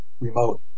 remote